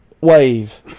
Wave